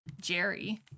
jerry